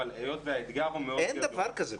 אבל היות והאתגר הוא מאוד --- אין דבר כזה,